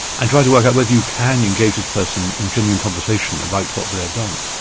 and try to work out whether you can engage this person in genuine conversation about what they have done,